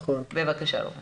בבקשה, ראובן.